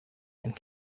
and